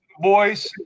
Boys